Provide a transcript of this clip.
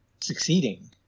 succeeding